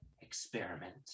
experiment